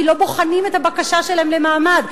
כי לא בוחנים את הבקשה שלהם למעמד.